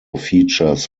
features